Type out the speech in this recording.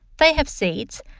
they have seeds,